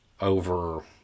over